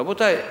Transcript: רבותי,